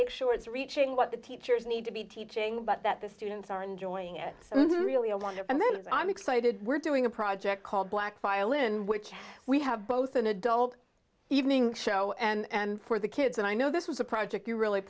make sure it's reaching what the teachers need to be teaching but that the students are enjoying it and then it's i'm excited we're doing a project called black violin which we have both an adult evening show and for the kids and i know this was a project you really